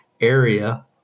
area